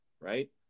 Right